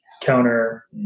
counter